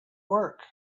work